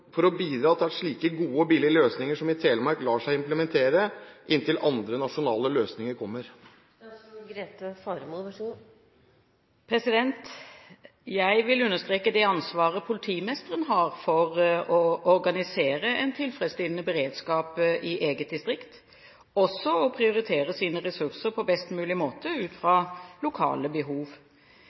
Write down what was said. for å bidra til at slike gode og billige løsninger som i Telemark lar seg implementere inntil andre nasjonale løsninger kommer?» Jeg vil understreke det ansvaret politimesteren har for å organisere en tilfredsstillende beredskap i eget distrikt, også å prioritere sine ressurser på best mulig måte, ut fra lokale behov.